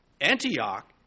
Antioch